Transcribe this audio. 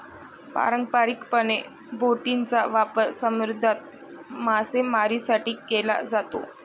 पारंपारिकपणे, बोटींचा वापर समुद्रात मासेमारीसाठी केला जातो